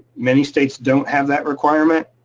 many states don't have that requirement.